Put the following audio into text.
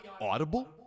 audible